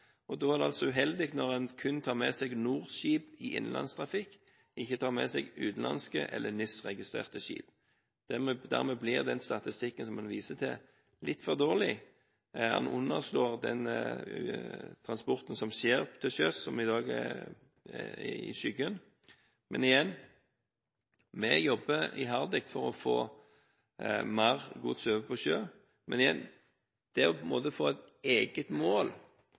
og da er det altså uheldig når en kun tar med seg NOR-skip i innenlandstrafikk, og ikke tar med seg utenlandske eller NIS-registrerte skip. Dermed blir statistikken en viser til, litt for dårlig. Den underslår den transporten som skjer til sjøs, som i dag ligger i skyggen. Men igjen: Vi jobber iherdig for å få mer gods over på sjø. Men det på en måte å få et eget mål,